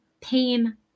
pain